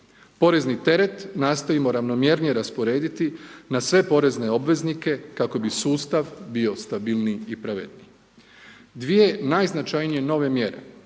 Porezni teret nastojimo ravnomjernije rasporediti, na sve porezne obveznike kako bi sustav bio stabilniji i pravednije. Dvije najznačajnije nove mjere